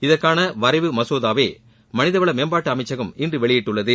இதற்கான வரைவு மசோதாவை மனிதவள மேம்பாட்டுஅமைச்சகம் இன்று வெளியிட்டுள்ளது